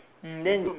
mm then